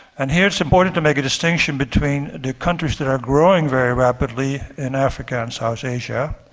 and here it is important to make a distinction between the countries that are growing very rapidly in africa and south asia.